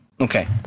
okay